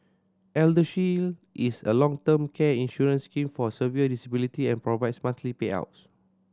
ElderShield is a long term care insurance scheme for severe disability and provides monthly payouts